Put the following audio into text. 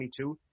22